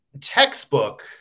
textbook